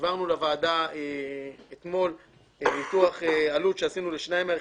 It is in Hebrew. העברנו אתמול לוועדה ניתוח עלות שעשינו לשניים מהרכיבים,